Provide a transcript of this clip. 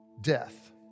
death